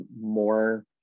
more